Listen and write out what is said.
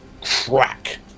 CRACK